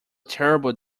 terrible